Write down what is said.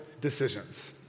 decisions